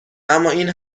امااین